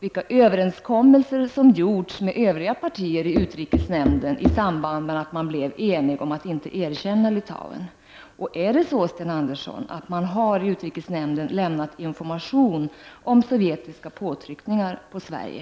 Vilka överenskommelser har det gjorts med övriga partier i utrikesnämnden i samband med att man blev enig om att inte erkänna Litauen? Är det så, Sten Andersson, att man i utrikesnämnden har lämnat information om sovjetiska påtryckningar på Sverige?